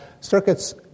circuits